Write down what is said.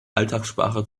alltagssprache